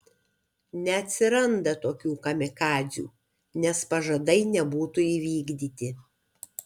neatsiranda tokių kamikadzių nes pažadai nebūtų įvykdyti